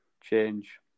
change